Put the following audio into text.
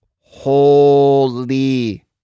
holy